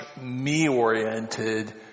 me-oriented